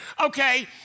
okay